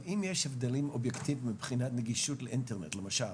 אם יש הבדלים אובייקטיביים מבחינת נגישות לאינטרנט למשל,